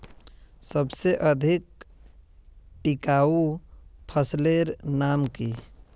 सबसे अधिक टिकाऊ फसलेर नाम की?